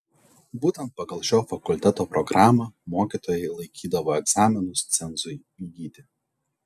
būtent pagal šio fakulteto programą mokytojai laikydavo egzaminus cenzui įgyti